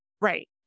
Right